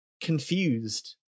confused